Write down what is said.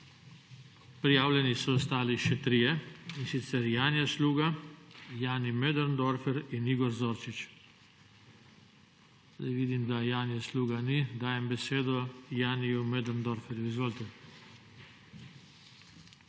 Prijavljeni so ostali še trije, in sicer Janja Sluga, Jani Möderndorfer in Igor Zorčič. Vidim, da Janje Sluga ni. Dajem besedo Janiju Möderndorferju. Izvolite.